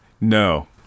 No